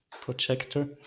projector